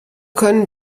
können